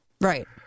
Right